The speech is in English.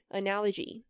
,analogy